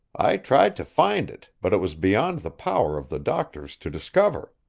i tried to find it, but it was beyond the power of the doctors to discover.